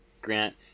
Grant